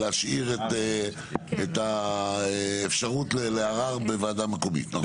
להשאיר את האפשרות לערר בוועדה מקומית, נכון?